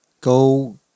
go